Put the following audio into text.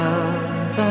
Love